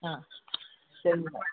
ஆ சரிங்க டாக்டர்